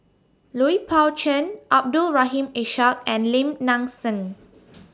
Lui Pao Chuen Abdul Rahim Ishak and Lim Nang Seng